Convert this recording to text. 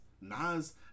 Nas